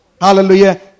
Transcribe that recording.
Hallelujah